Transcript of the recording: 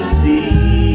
see